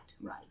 right